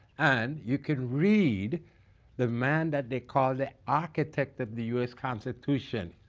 and you can read the man that they call the architecture of the u s. constitution,